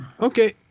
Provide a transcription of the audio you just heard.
okay